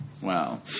Wow